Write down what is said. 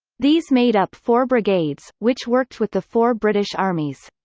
these made up four brigades, which worked with the four british armies.